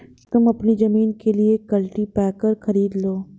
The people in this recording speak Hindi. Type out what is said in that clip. तुम अपनी जमीन के लिए एक कल्टीपैकर खरीद लो